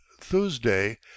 Thursday